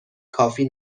کافی